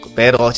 pero